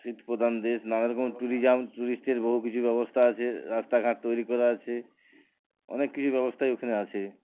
শীত প্রদান দেশ নানারকম ট্যুরিজম ট্যুরিস্টের বহু কিছু ব্যবস্থা আছে রাস্তাঘাট তৈরি করা আছে অনেক কিছু ব্যবস্থাই ওইখানে আছে